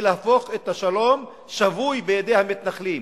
היא להפוך את השלום שבוי בידי המתנחלים,